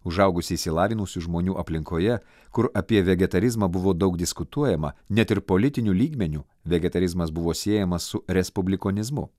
užaugusi išsilavinusių žmonių aplinkoje kur apie vegetarizmą buvo daug diskutuojama net ir politiniu lygmeniu vegetarizmas buvo siejamas su respublikonizmu